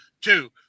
two